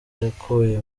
yakuye